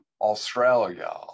Australia